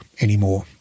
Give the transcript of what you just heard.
anymore